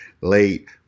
late